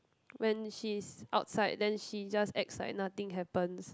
when she's outside then she just acts like nothing happens